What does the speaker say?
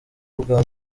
bwa